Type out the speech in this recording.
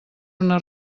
una